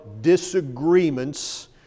disagreements